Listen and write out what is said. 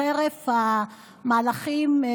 חרף המהלכים,